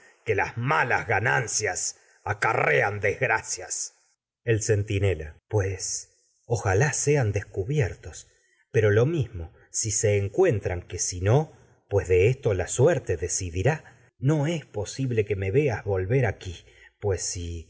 que las malas ganancias acarrean desgracias el centinela si pues ojalá que sean descubiertos pero lo mismo se encuentran si no pues de esto la suerte decidirá no es posible que me veas volver me voy aquí pues salvo si